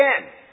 again